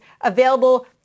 available